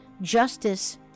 justice